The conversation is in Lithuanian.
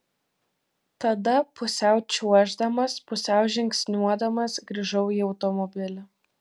tada pusiau čiuoždamas pusiau žingsniuodamas grįžau į automobilį